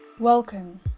Welcome